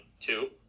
two